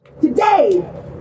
Today